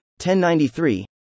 1093